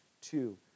two